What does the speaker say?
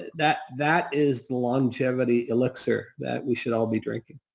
that that is the longevity elixir that we should all be drinking.